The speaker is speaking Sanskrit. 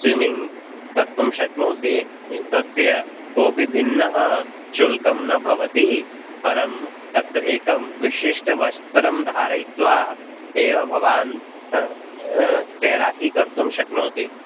स्मिम्मिङ्ग् कर्तुं शक्नोति तस्य कोऽपि भिन्नः शुल्कं न भवति परं तत्र एकं विशिष्टवस्त्रं धारयित्वा एव भवान् तेराकि कर्तुं शक्नोति